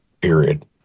period